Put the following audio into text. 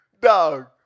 Dog